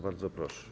Bardzo proszę.